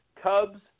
Cubs